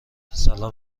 سلام